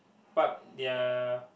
park their